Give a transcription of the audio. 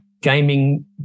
Gaming